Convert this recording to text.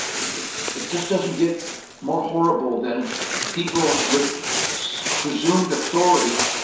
it it just doesn't get more horrible than people with so presumed authority,